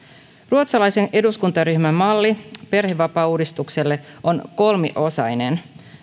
ruotsalaisen eduskuntaryhmän malli perhevapaauudistukselle on kolmiosainen